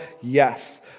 Yes